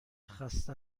خسته